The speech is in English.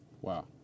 Wow